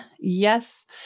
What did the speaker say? Yes